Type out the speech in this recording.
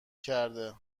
کرده